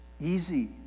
easy